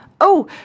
Oh